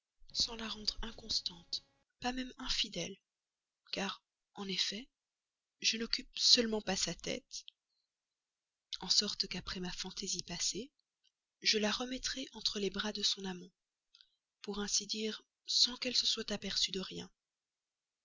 sans la rendre inconstante pas même infidèle car en effet je n'occupe pas seulement sa tête en sorte qu'après ma fantaisie passée je la remettrai entre les bras de son amant pour ainsi dire sans qu'elle se soit aperçue de rien